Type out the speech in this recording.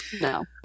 No